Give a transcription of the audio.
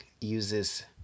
uses